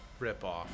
ripoff